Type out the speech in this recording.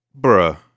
Bruh